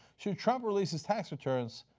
should trump release his tax returns?